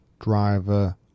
driver